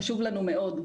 חשוב לנו מאוד.